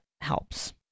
helps